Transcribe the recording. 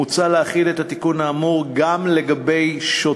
מוצע להחיל את התיקון האמור גם על שוטרים,